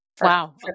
Wow